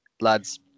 lads